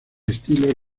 estilo